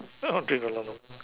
long